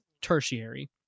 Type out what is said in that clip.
tertiary